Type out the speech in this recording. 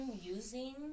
using